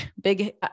big